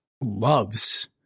loves